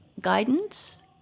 guidance